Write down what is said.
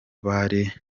bari